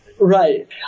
Right